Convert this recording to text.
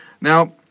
Now